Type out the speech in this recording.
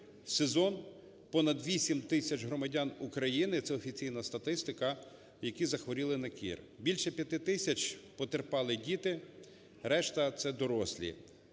сезон понад 8 тисяч громадян України, це офіційна статистика, які захворіли на кір. Більше 5 тисяч потерпали діти, решта – це дорослі.